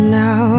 now